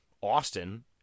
Austin